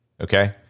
okay